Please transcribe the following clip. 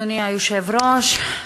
אדוני היושב-ראש,